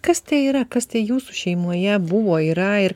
kas tai yra kas tai jūsų šeimoje buvo yra ir